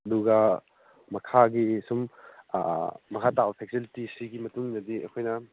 ꯑꯗꯨꯒ ꯃꯈꯥꯒꯤ ꯁꯨꯝ ꯃꯈꯥ ꯇꯥꯕ ꯐꯦꯁꯤꯂꯤꯇꯤꯁ ꯁꯤꯒꯤ ꯃꯇꯨꯡ ꯏꯟꯅꯗꯤ ꯑꯩꯈꯣꯏꯅ